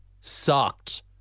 sucked